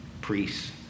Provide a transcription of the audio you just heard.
priests